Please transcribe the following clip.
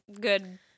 good